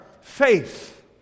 faith